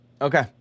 Okay